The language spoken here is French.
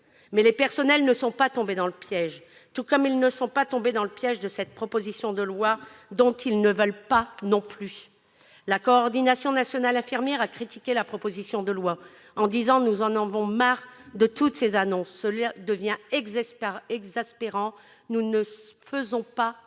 Mais les personnels ne sont pas tombés dans le piège ! Tout comme ils ne sont pas tombés dans le piège de cette proposition de loi dont ils ne veulent pas non plus ! La Coordination nationale infirmière a critiqué la proposition de loi en déclarant :« Nous en avons marre de toutes ces annonces, cela devient exaspérant [...] nous ne faisons pas